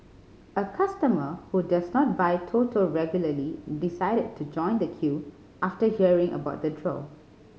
a customer who does not buy Toto regularly decided to join the queue after hearing about the draw